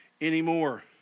anymore